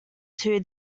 two